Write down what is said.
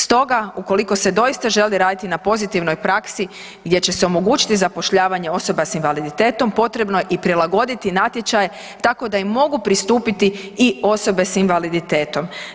Stoga ukoliko se doista želi raditi na pozitivnoj praksi gdje će se omogućiti zapošljavanje osoba s invaliditetom potrebno je i prilagoditi natječaje tako im mogu pristupiti i osobe s invaliditetom.